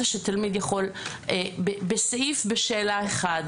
שתלמיד יכול בסעיף בשאלה 1,